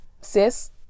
sis